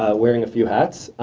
ah wearing a few hats.